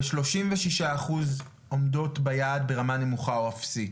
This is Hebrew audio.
ושלושים ושישה אחוז עומדות ביעד ברמה נמוכה או אפסית.